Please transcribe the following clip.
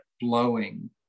blowing